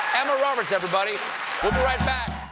emma robert, everybody. we'll be right back